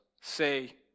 say